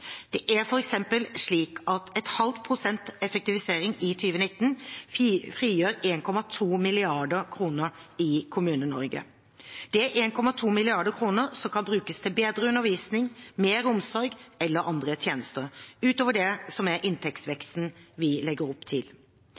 Det er f.eks. slik at 0,5 pst. effektivisering i 2019 frigjør 1,2 mrd. kr i Kommune-Norge. Det er 1,2 mrd. kr som kan brukes til bedre undervisning, mer omsorg eller andre tjenester – utover det som er den inntektsveksten vi legger opp til.